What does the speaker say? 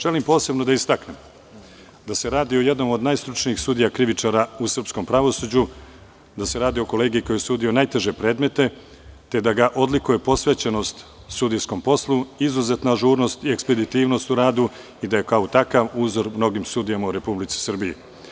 Želim posebno da istaknem da se radi o jednom od najstručnijih sudija krivičara u srpskom pravosuđu, da se radi o kolegi koji je sudio najteže predemte, te da ga odlikuje posvećenost sudijskom poslu, izuzetna ažurnost i ekspeditivnost u radu i da je kao takav uzor mnogim sudijama u Republici Srbiji.